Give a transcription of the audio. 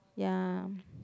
ya